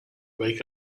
wake